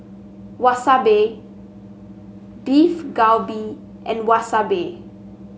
Wasabi Beef Galbi and Wasabi